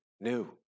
new